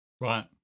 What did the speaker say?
right